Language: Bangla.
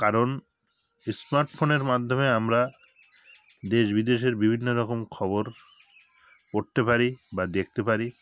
কারণ এই স্মার্ট ফোনের মাধ্যমে আমরা দেশ বিদেশের বিভিন্ন রকম খবর পড়তে পারি বা দেখতে পারি